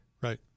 Right